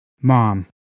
Mom